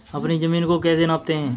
अपनी जमीन को कैसे नापते हैं?